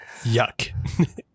Yuck